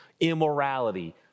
immorality